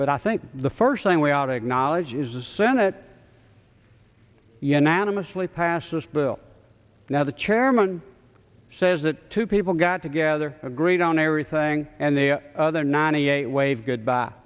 but i think the first thing we ought to acknowledge is the senate unanimously passed this bill now the chairman says that two people got together agreed on everything and the other ninety eight waved goodbye